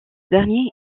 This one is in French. dernier